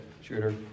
shooter